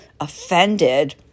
offended